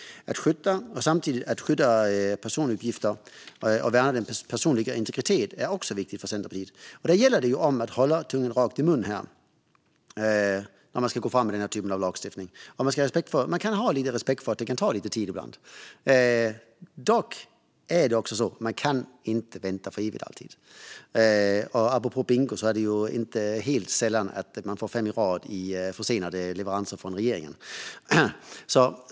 Att skydda personuppgifter och värna den personliga integriteten är också viktigt för Centerpartiet, och det gäller att hålla tungan rätt i munnen när man ska gå fram med denna typ av lagstiftning. Man kan ha lite respekt för att det kan ta lite tid ibland. Men man kan inte alltid vänta för evigt. Apropå bingo är det inte helt sällan man får fem i rad i försenade leveranser från regeringen.